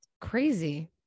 crazy